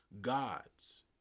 gods